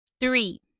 Three